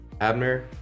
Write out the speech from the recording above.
Abner